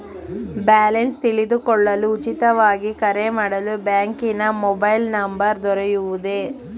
Balance ತಿಳಿದುಕೊಳ್ಳಲು ಉಚಿತವಾಗಿ ಕರೆ ಮಾಡಲು ಬ್ಯಾಂಕಿನ ಮೊಬೈಲ್ ನಂಬರ್ ದೊರೆಯುವುದೇ?